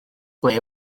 ble